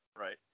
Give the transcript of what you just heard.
right